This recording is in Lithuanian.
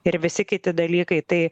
ir visi kiti dalykai tai